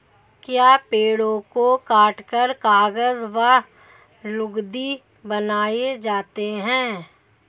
क्या पेड़ों को काटकर कागज व लुगदी बनाए जाते हैं?